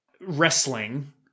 wrestling